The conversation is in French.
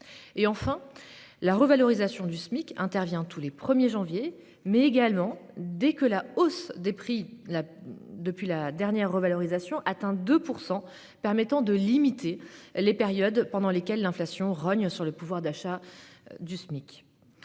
Enfin, la revalorisation du Smic intervient tous les ans au 1 janvier, mais également en cours d'année dès que la hausse des prix depuis la dernière revalorisation atteint 2 %, ce qui permet de limiter les périodes pendant lesquelles l'inflation rogne sur le pouvoir d'achat du Smic.